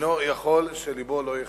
אינו יכול שלבו לא ייחמץ.